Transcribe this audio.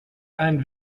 einen